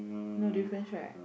no difference right